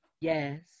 Yes